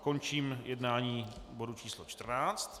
Končím jednání bodu číslo 14.